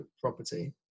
property